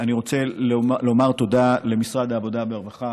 אני רוצה לומר תודה למשרד העבודה והרווחה,